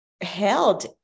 held